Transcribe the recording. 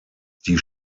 die